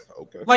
okay